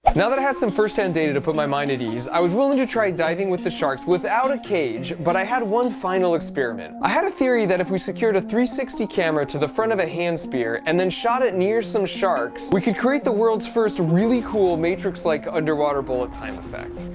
now that i had some first-hand data to put my mind at ease i was willing to try diving with the sharks without a cage, but i had one final experiment i had a theory that if we secured a three hundred and sixty camera to the front of a hand spear and then shot it near some sharks we could create the world's first really cool matrix, like underwater bullet time effect.